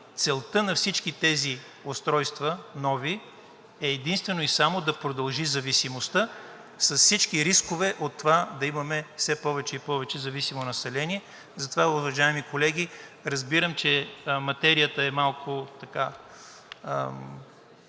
целта на всички тези нови устройства е единствено и само да продължи зависимостта, с всички рискове от това да имаме все повече и повече зависимо население. Затова, уважаеми колеги, разбирам, че материята е малко